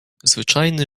zwyczajny